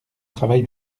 travail